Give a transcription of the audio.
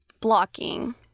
Blocking